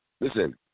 Listen